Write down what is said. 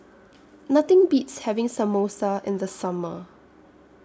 Nothing Beats having Samosa in The Summer